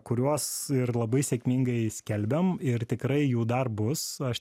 kuriuos ir labai sėkmingai skelbiam ir tikrai jų dar bus aš